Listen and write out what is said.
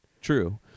True